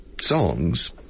songs